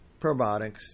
probiotics